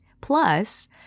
Plus